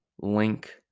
link